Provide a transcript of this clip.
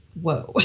whoa.